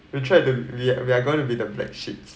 we tried to we are we are going to be the black sheeps